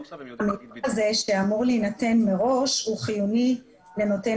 המקום הזה שאמור להינתן מראש הוא חיוני לנותן